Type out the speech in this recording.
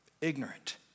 ignorant